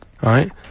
Right